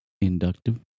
inductive